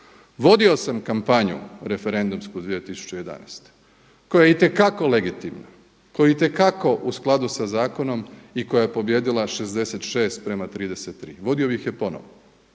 Vodio sam kampanju referendumsku 2011. koja je itekako legitimna, koja je itekako u skladu sa zakonom i koja je pobijedila 66 prema 33. Vodio bih je ponovno